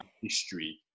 history